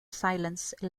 silence